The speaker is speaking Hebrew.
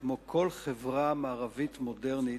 כמו כל חברה מערבית מודרנית,